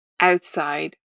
outside